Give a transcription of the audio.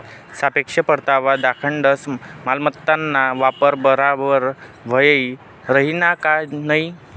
सापेक्ष परतावा दखाडस मालमत्ताना वापर बराबर व्हयी राहिना का नयी